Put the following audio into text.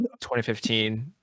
2015